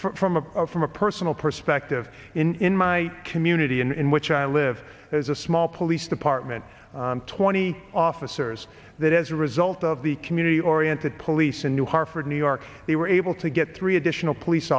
from a from a personal perspective in my community in which i live as a small police department twenty officers that as a result of the can knitty oriented police in new hartford new york they were able to get three additional police